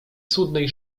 cudnej